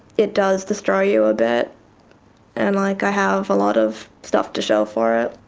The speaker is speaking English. it does destroy you a bit and like i have a lot of stuff to show for it.